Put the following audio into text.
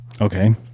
Okay